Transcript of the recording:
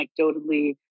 anecdotally